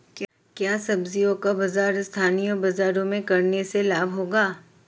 क्या सब्ज़ियों का व्यापार स्थानीय बाज़ारों में करने से लाभ होगा?